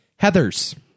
Heathers